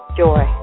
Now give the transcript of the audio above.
joy